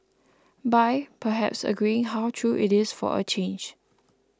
by perhaps agreeing how true it is for a change